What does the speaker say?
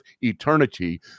eternity